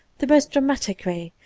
the most dramatic way,